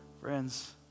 friends